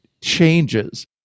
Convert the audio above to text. changes